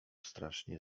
strasznie